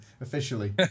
officially